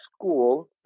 school